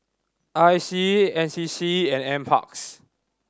I C N C C and Nparks